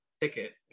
Ticket